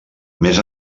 més